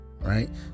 Right